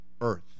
earth